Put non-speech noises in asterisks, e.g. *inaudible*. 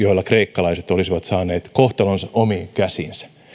*unintelligible* joilla kreikkalaiset olisivat saaneet kohtalonsa omiin käsiinsä